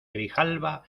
grijalba